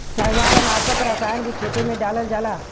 शैवालनाशक रसायन भी खेते में डालल जाला